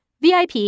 VIP